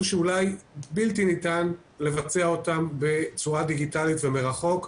שאולי הן בלתי ניתנות לביצוע בצורה דיגיטלית ומרחוק,